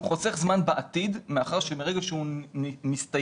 הוא חוסך זמן בעתיד מאחר שמרגע שהוא מסתיים,